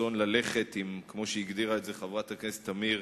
רצון ללכת, כמו שהגדירה את זה חברת הכנסת תמיר,